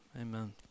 amen